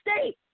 state